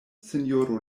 sinjoro